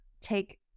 take